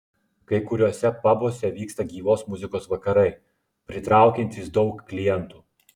kai kuriuose pabuose vyksta gyvos muzikos vakarai pritraukiantys daug klientų